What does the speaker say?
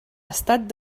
estat